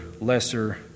lesser